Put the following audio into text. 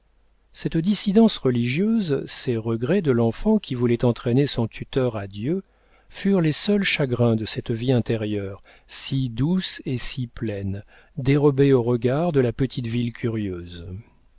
cette dissidence religieuse ces regrets de l'enfant qui voulait entraîner son tuteur à dieu furent les seuls chagrins de cette vie intérieure si douce et si pleine dérobée aux regards de la petite ville curieuse